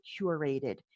curated